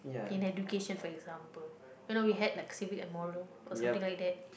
in education for example you know we had like civic and moral or something like that